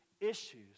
issues